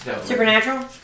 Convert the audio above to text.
supernatural